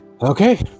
okay